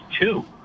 two